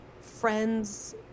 friends